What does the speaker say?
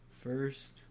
First